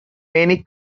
many